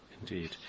Indeed